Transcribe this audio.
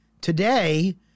Today